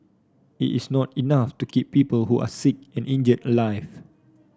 it is not enough to keep people who are sick and injured alive